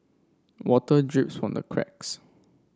water drips from the cracks